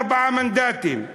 ארבעה מנדטים,